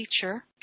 teacher